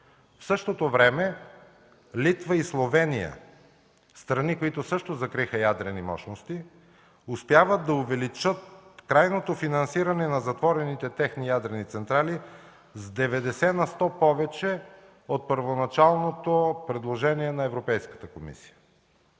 В същото време Литва и Словения – страни, които също закриха ядрени мощности, успяват да увеличават крайното финансиране на затворените техни ядрени централи с 90 на сто повече от първоначалното предложение на Европейската комисия.